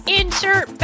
insert